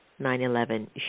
9-11